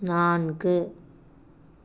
நான்கு